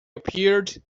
appeared